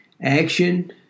Action